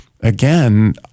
Again